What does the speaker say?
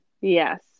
Yes